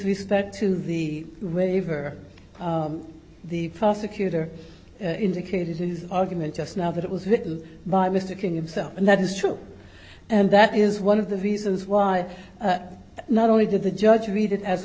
respect to the waiver the prosecutor indicated his argument just now that it was written by mr king himself and that is true and that is one of the reasons why not only did the judge read it as a